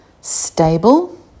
stable